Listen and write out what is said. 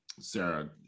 Sarah